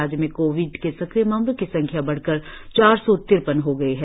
राज्य में कोविड के सक्रिय मामलों की संख्या बढ़कर चार सौ तिरपन हो गई है